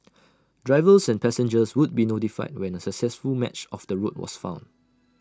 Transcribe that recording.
drivers and passengers would be notified when A successful match of the route was found